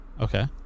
Okay